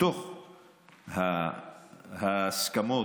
מתוך ההסכמה,